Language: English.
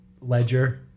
ledger